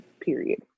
period